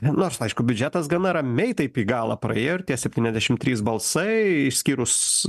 nors aišku biudžetas gana ramiai taip į galą praėjo ir tie septyniasdešim trys balsai išskyrus